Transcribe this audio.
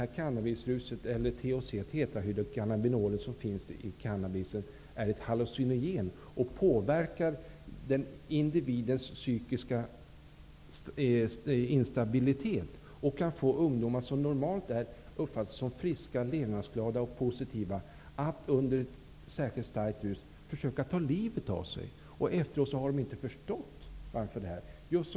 Cannabis är, med de ämnen som ingår i den, ett hallucinogen och påverkar individens psykiska stabilitet och kan få ungdomar som normalt uppfattas som friska, levnadsglada och positiva att under ett särskilt starkt rus försöka ta livet av sig. Efteråt har de inte förstått det.